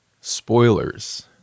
Spoilers